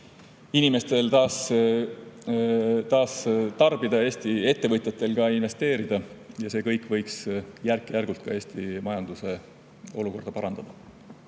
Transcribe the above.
julgus taas tarbida ja Eesti ettevõtjatel investeerida. See kõik võiks järk-järgult ka Eesti majanduse olukorda parandada.